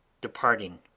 departing